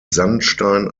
sandstein